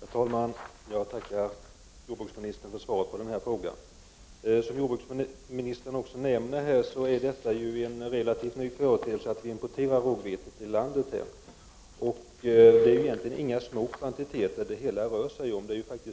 Herr talman! Jag tackar jordbruksministern för svaret på frågan. Som jordbruksministern nämner är det en relativt ny företeelse att vi importerar rågvete till Sverige. Det hela rör sig egentligen inte om några små kvantiteter.